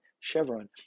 Chevron